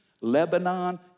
Lebanon